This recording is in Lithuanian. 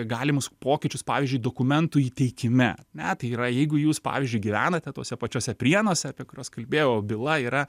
galimus pokyčius pavyzdžiui dokumentų įteikime ar ne tai yra jeigu jūs pavyzdžiui gyvenate tuose pačiuose prienuose apie kuriuos kalbėjau byla yra